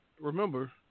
Remember